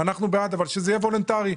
אנחנו בעד, אבל שזה יהיה וולונטרי".